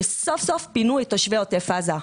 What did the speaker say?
שסוף-סוף פינו את תושבי עוטף עזה.